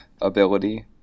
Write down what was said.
ability